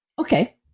Okay